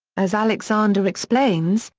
as alexander explains,